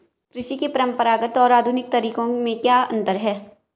कृषि के परंपरागत और आधुनिक तरीकों में क्या अंतर है?